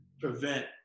prevent